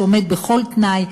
שעומד בכל תנאי,